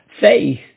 faith